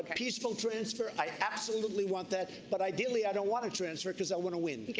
peaceful transfer, i absolutely want that. but ideally i don't want a transfer because i want to win.